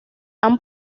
han